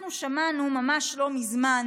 אנחנו שמענו ממש לא מזמן,